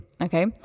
okay